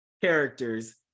characters